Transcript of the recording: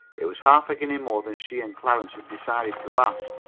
it was half a guinea more than she and clarence had decided to ask.